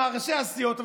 ראשי הסיעות.